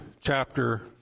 chapter